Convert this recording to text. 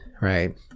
right